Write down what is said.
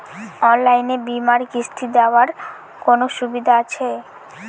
অনলাইনে বীমার কিস্তি দেওয়ার কোন সুবিধে আছে?